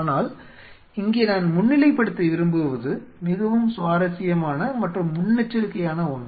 ஆனால் இங்கே நான் முன்னிலைப்படுத்த விரும்புவது மிகவும் சுவாரஸ்யமான மற்றும் முன்னெச்சரிக்கையான ஒன்று